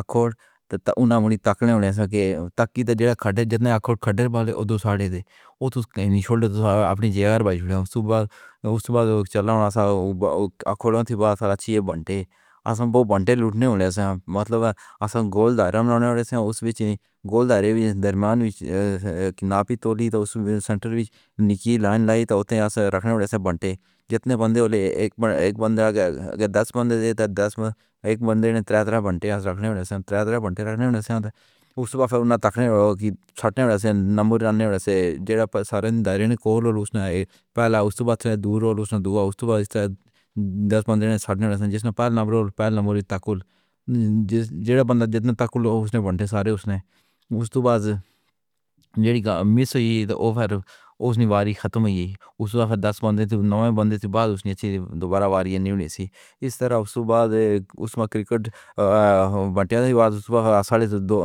اکھوڑ تو نہ مڑی تکلی ہونی والی ہے کہ تکی دے گا۔ کھڈے جتنے اکھوڑ کھڈے پالے اسی ساڈے دیے۔ اوہ تو نہیں چھوڑنا اپنی جگہ پر، اس کے بعد اس سے بعد چلانا سا اکھوڑا تھا، سالا چھیے بٹے، آسان بوہ بٹے لٹنے والے سے مطلب ہے آسان گول داران والے سے اس نے گول داران درمیان ناپی تولی تو سنٹر وچ نیکی لائن لائی تو اتیاس رکھنی ہوتی ہے۔ بٹے جتنے بن گئے ایک ایک بندہ آگے دس بندے تے دس ایک بندے نے تریا تریا بٹیا سے رکھنے سے تریا تریا بٹیا رکھنے سے اس وقت تک نہ سمنا چھوڑنا کہ سٹے ہوئے ہیں نمبر رکھنے سے جینا سارے دائرے کو حصول پہلا اس بات سے دور اور اس کے بعد دس پندرے نے ساتھ ہیں جس نے پہلے نمبر پہلے نمبر تاکہ جس زیرہ بندہ جتنا تک الہو سنی ہونٹے سارے اس نے اس تو باز میں سو یہی ہے کہ غم اس نی واری ختم ہوئی اس وقت دس بن گئے تھے۔ نوہویں بندے سے بعد اس نے دوبارہ واری نہیں کی تھی۔ اس طرح صوبائی کرکٹ بننے کے بعد صبح ساڑھے دو